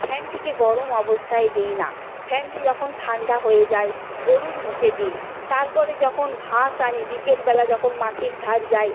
ফ্যানটিকে গরম অবস্থায় দিই না ফ্যানটি যখন ঠান্ডা হয়ে যায় গরুর মুখে দিই তার পরে যখন ঘাস আনে বিকেলবেলা যখন মাঠের ধারে যাই